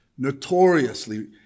notoriously